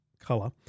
color